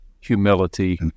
humility